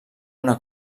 una